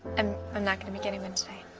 um i'm not gonna be getting one today.